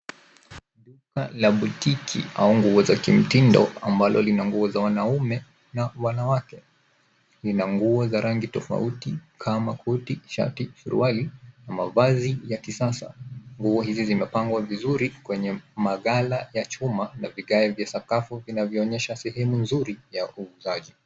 Duka la botiki au nguo za kimtindo ambalo lina nguo za wanaume na wanawake. Lina nguo za rangi tofauti kama koti, shati, suruali na mavazi ya kisasa. Nguo hizi zimepangwa vizuri kwenye magala ya chuma na vigae vya sakafu vinavyoonyesha sehemu nzuri ya uuzaji.